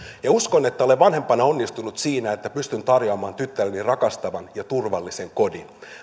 uskon että olen vanhempana onnistunut siinä että pystyn tarjoamaan tyttärelleni rakastavan ja turvallisen kodin